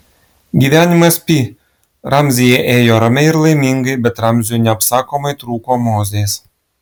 gyvenimas pi ramzyje ėjo ramiai ir laimingai bet ramziui neapsakomai trūko mozės